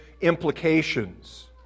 implications